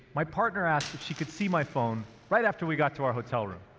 my partner asked if she could see my phone right after we got to our hotel room.